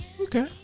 Okay